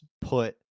put